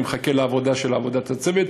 אני מחכה לעבודה של הצוות.